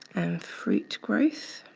fruit growth.